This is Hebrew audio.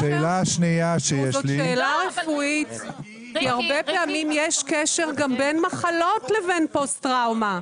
זאת שאלה רפואית כי הרבה פעמים יש קשר גם בין מחלות לבין פוסט טראומה.